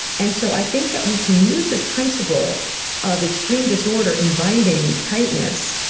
and so i think that we can use this principle of extreme disorder inviting tightness,